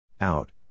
Out